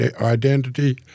identity